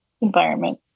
Environment